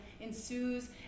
ensues